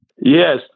Yes